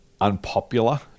unpopular